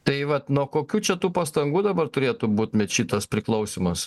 tai vat nuo kokių čia tų pastangų dabar turėtų būt mečy tas priklausymas